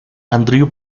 andreu